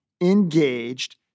engaged